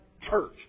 church